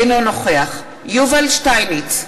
אינו נוכח יובל שטייניץ,